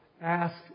ask